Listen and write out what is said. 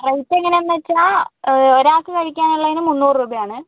rate എങ്ങനെ എന്ന് വെച്ചാൽ ഒരാൾക്ക് കഴിക്കാൻ ഉള്ളതിന് മുന്നൂറ് രൂപയാണ്